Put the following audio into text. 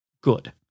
good